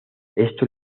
esto